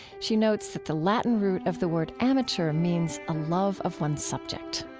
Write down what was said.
she notes that the latin root of the word amateur means a love of one's subject.